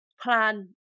plan